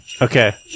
Okay